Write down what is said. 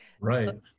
Right